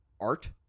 art